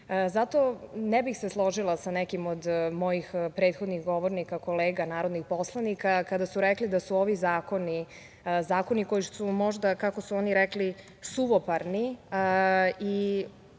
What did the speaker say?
Zato ne bih se složila sa nekim od mojih prethodnih govornika, kolega, narodnih poslanika kada su rekli da su ovi zakoni koji su možda, kako su oni rekli, suvoparni i